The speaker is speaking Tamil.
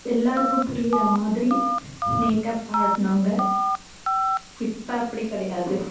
எல்லோருக்கும் புரிகிற மாதிரி நீட்டாக பாடினாங்க இப்போ அப்படி கிடையாது